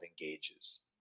engages